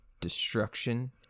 destruction